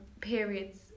periods